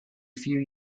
few